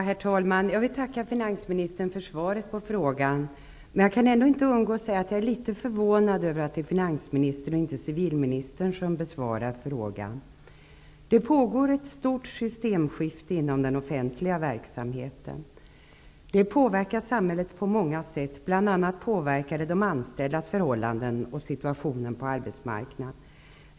Herr talman! Jag vill tacka finansministern för svaret på frågan. Jag kan ändå inte undgå att säga att jag är litet förvånad över att det är finansministern och inte civilministern som besvarar frågan. Det pågår ett stort systemskifte inom den offentliga verksamheten, och det påverkar samhället på många sätt. Bl.a. påverkar det de anställdas förhållanden och situationen på arbetsmarknaden.